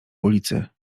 ulicy